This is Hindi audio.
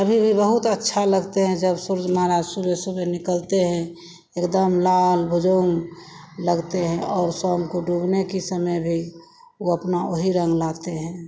अभी भी बहुत अच्छा लगते हैं जब सूर्य महाराज सुबह सुबह निकलते हैं एकदम लाल भुजन्ग लगते हैं और शाम को डूबने के समय भी वह अपना वही रंग लाते हैं